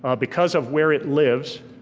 ah because of where it lives,